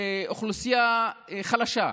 באוכלוסייה חלשה,